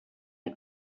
een